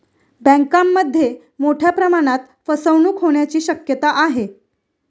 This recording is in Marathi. बँकांमध्ये मोठ्या प्रमाणात फसवणूक होण्याची शक्यता आहे